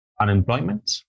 unemployment